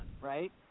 right